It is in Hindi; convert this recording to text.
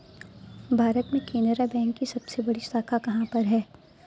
भारत में केनरा बैंक की सबसे बड़ी शाखा कहाँ पर है?